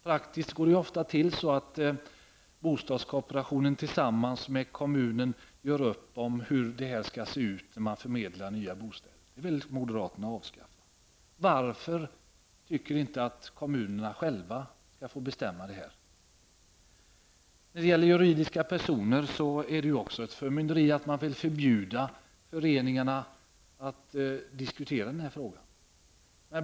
Praktiskt går det ofta till så att bostadskooperationen tillsammans med kommunen gör upp om hur det hela skall lösas när nya bostäder skall förmedlas. Det vill moderaterna avskaffa. Varför skall inte kommunerna själva få bestämma? När det gäller juridiska personer är det också förmynderi när man vill förbjuda föreningarna att diskutera frågan.